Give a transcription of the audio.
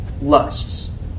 lusts